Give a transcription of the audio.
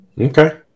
Okay